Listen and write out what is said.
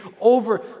over